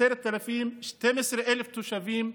12,000 תושבים.